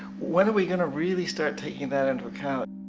when are we gonna really start taking that into account?